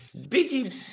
Biggie